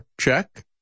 check